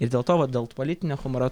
ir dėl tovat dėl politinio humoro